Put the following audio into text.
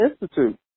Institute